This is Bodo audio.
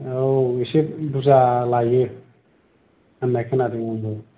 औ एसे बुरजा लायो होननाय खोनादोंमोन नो